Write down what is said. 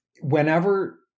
whenever